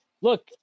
look